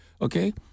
okay